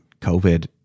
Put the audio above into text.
COVID